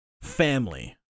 family